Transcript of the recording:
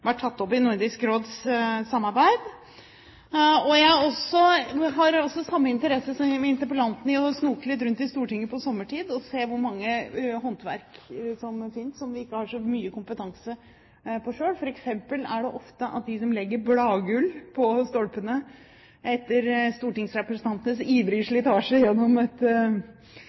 tatt opp i Nordisk Råds samarbeid. Jeg har også samme interesse som interpellanten i å snoke litt rundt i Stortinget på sommertid for å se hvor mange håndverk som finnes, som vi ikke har så mye kompetanse på selv. For eksempel er det ofte slik at de som legger bladgull på stolpene – etter stortingsrepresentantenes ivrige slitasje gjennom